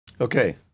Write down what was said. Okay